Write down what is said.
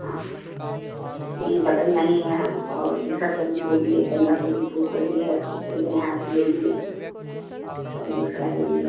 हाँ नहीं पटल नहीं है और दूसरी सब्ज़ी बोलिए बन्धा गोभी फूल गोभी है जो बोले हैं आप ले लिए अब दूसरा बोलिए